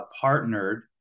partnered